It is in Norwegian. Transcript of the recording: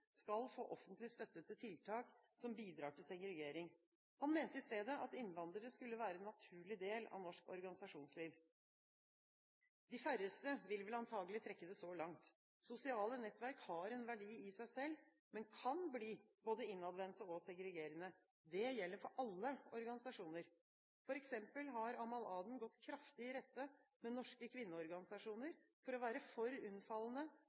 skal få offentlig støtte til tiltak som bidrar til segregering. Han mente i stedet at innvandrere skulle være en naturlig del av norsk organisasjonsliv. De færreste vil vel antakelig trekke det så langt. Sosiale nettverk har en verdi i seg selv, men kan bli både innadvendte og segregerende. Det gjelder for alle organisasjoner. For eksempel har Amal Aden gått kraftig i rette med norske kvinneorganisasjoner for å være for unnfallende